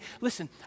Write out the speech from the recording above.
Listen